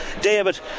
David